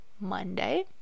Monday